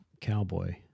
cowboy